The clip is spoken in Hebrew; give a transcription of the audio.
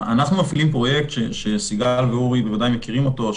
אנחנו מפעילים פרויקט שסיגל ואורי בוודאי מכירים אותו,